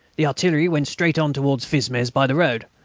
the artillery went straight on towards fismes by the road.